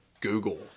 Google